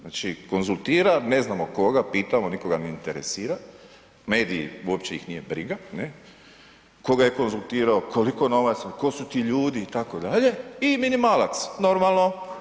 Znači konzultira ne znamo koga, pitamo nikoga ne interesira, mediji uopće ih nije briga, koga je konzultirao, koliko novaca, tko su ti ljudi itd. i minimalac normalno.